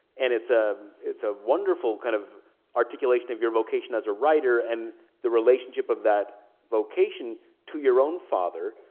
and it's ah a ah wonderful kind of articulation of your vocation as a writer and the relationship of that vocation to your own father.